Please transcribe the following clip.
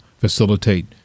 facilitate